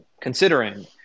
considering